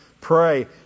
Pray